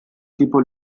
tipo